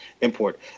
import